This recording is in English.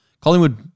Collingwood